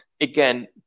again